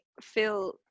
feel